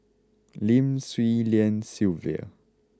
Lim Swee Lian Sylvia